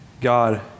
God